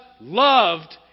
loved